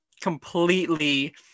completely